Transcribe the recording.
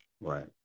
Right